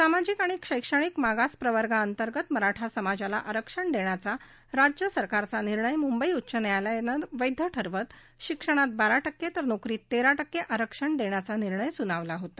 सामाजिक आणि शैक्षणिक मागास प्रवर्गाअंतर्गत मराठा समाजाला आरक्षण देण्याचा राज्यसरकारचा निर्णय मुंबई उच्च न्यायालयानं वैध ठरवत शिक्षणात बारा टक्के तर नोकरीत तेरा टक्के आरक्षण देण्याचा निर्णय सुनावला होता